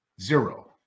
Zero